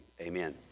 Amen